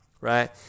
right